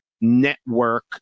network